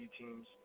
teams